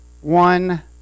one